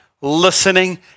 listening